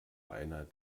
einer